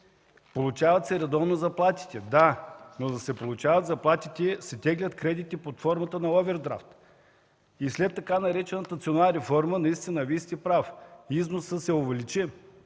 Получават се редовно заплатите – да, но за да се получават заплатите се теглят кредити под формата на овърдрафт. След така наречената „ценова реформа”, наистина – Вие сте прав, износът се увеличи,